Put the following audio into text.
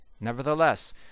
nevertheless